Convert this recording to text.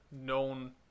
known